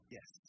Yes